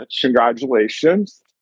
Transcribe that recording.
congratulations